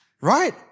Right